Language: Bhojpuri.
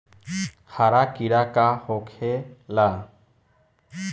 हरा कीड़ा का होखे ला?